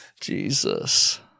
Jesus